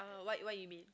uh what what you mean